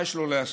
מה יש לו להסתיר,